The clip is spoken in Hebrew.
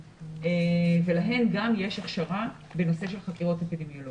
ולהן יש הכשרה בנושא של חקירות אפידמיולוגיות.